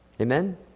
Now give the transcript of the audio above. Amen